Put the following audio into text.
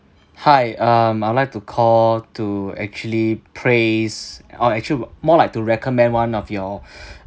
hi um I'd like to call to actually praise or actual more like to recommend one of your